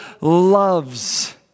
loves